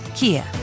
Kia